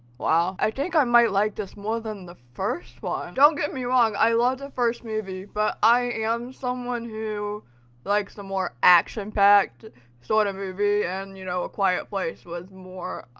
wow, i think i might like this more than the first one. don't get me wrong, i loved the first movie but i am someone who likes a more action-packed sort of movie and you know, a quiet place was more